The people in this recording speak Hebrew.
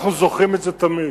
אנחנו זוכרים את זה תמיד.